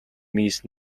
miss